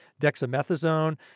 dexamethasone